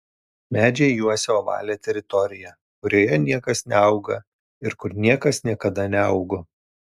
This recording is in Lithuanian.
medžiai juosia ovalią teritoriją kurioje niekas neauga ir kur niekas niekada neaugo